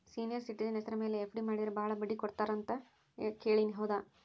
Senior citizen ಹೆಸರ ಮೇಲೆ FD ಮಾಡಿದರೆ ಬಹಳ ಬಡ್ಡಿ ಕೊಡ್ತಾರೆ ಅಂತಾ ಕೇಳಿನಿ ಹೌದಾ?